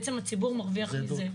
בעצם הציבור מרוויח מזה.